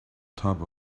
top